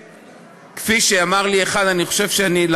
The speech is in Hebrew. וכפי שאמר לי אחד מהם,